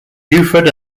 buford